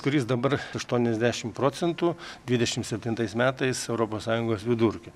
kuris dabar aštuoniasdešim procentų dvidešim septintais metais europos sąjungos vidurkio